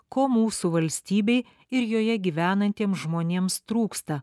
ko mūsų valstybei ir joje gyvenantiems žmonėms trūksta